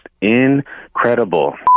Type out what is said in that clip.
incredible